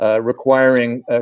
requiring